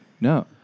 No